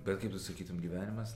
bet kaip tu sakytum gyvenimas